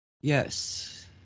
Yes